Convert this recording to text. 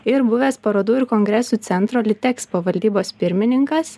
ir buvęs parodų ir kongresų centro litekspo valdybos pirmininkas